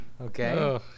okay